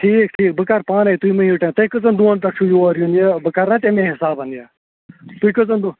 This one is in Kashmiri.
ٹھیٖک ٹھیٖک بہٕ کَرٕ پانَے تُہۍ مٔہ ہیٚیِو ٹٮ۪ن تۅہہِ کٔژَن دۄہَن پٮ۪ٹھ چھُو یور یُن یہِ بہٕ کَرٕ نا تَمی حِساب یہِ تُہۍ کٔژَن دۄہَن